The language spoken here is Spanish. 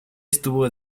estuvo